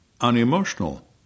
unemotional